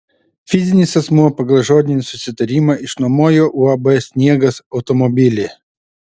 fizinis asmuo pagal žodinį susitarimą išnuomojo uab sniegas automobilį